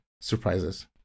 surprises